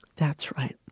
that's right.